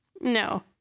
No